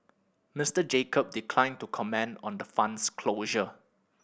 Mister Jacob declined to comment on the fund's closure